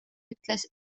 ütles